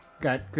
got